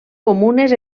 comunes